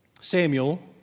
Samuel